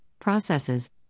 processes